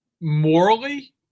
morally